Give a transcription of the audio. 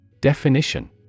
Definition